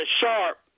sharp